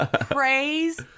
Praise